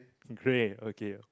great okay